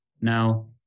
Now